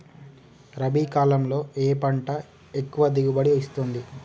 రబీ కాలంలో ఏ పంట ఎక్కువ దిగుబడి ఇస్తుంది?